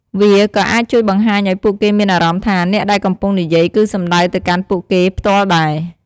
វាក៏អាចជួយបង្ហាញឱ្យពួកគេមានអារម្មណ៍ថាអ្នកដែលកំពុងនិយាយគឺសំដៅទៅកាន់ពួកគេផ្ទាល់ដែរ។